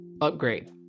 upgrade